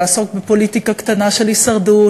לעסוק בפוליטיקה קטנה של הישרדות,